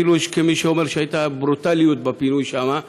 אפילו יש מי שאומר שהייתה ברוטליות בפינוי שם.